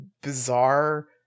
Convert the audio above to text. bizarre